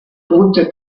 punte